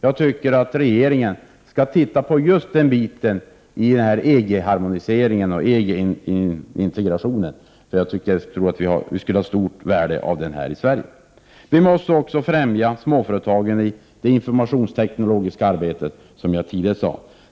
Jag tycker att regeringen skall se över just detta vid EG-harmoniseringen och EG-integrationen. Jag tror nämligen att det skulle vara av stort värde för Sverige. Vi måste också främja småföretagen i det informationsteknologiska arbetet, som jag tidigare sade.